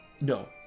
No